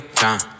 time